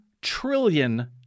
trillion